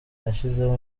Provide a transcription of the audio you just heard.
yashyizeho